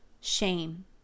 shame